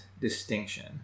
distinction